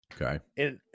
Okay